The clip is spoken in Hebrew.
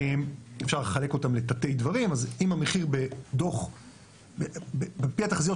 אפשר לחלק אותם לתתי דברים אז אם המחיר על פי התחזיות